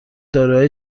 داروهای